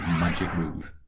magic move.